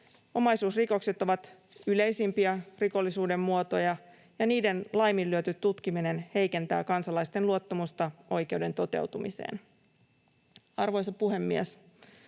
Omaisuusrikokset ovat yleisimpiä rikollisuuden muotoja, ja niiden laiminlyöty tutkiminen heikentää kansalaisten luottamusta oikeuden toteutumiseen. Arvoisa puhemies!